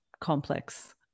complex